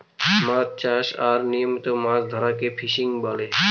মাছ চাষ আর নিয়মিত মাছ ধরাকে ফিসিং বলে